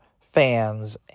fans